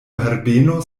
herbeno